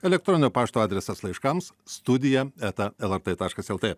elektroninio pašto adresas laiškams studija eta lrt taškas lt